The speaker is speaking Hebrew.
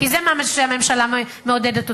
כי זה מה שהממשלה מעודדת אותי.